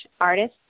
artists